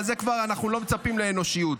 אבל אנחנו כבר לא מצפים לאנושיות.